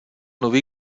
nový